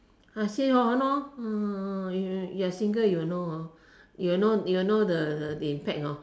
I say !hannor! you're single you will know hor you will know you will know the the impact hor